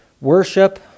worship